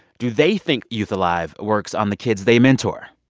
do they think youth alive! works on the kids they mentor?